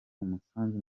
umusanzu